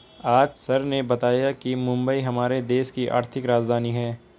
आज सर ने बताया कि मुंबई हमारे देश की आर्थिक राजधानी है